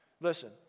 Listen